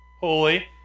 holy